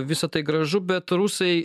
visa tai gražu bet rusai